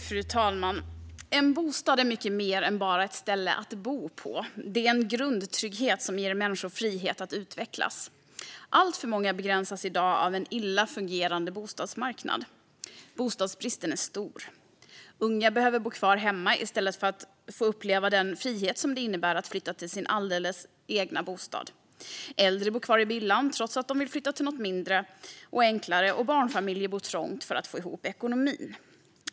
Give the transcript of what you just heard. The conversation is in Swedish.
Fru talman! En bostad är mycket mer än bara ett ställe att bo på. Det är en grundtrygghet som ger människor frihet att utvecklas. Alltför många begränsas i dag av en illa fungerande bostadsmarknad. Bostadsbristen är stor. Unga tvingas bo kvar hemma och får inte uppleva den frihet det innebär att flytta till sin alldeles egna bostad. Äldre bor kvar i villan fastän de vill flytta till något mindre och enklare, och barnfamiljer bor trångt för att få ihop ekonomin.